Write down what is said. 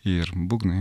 ir būgnai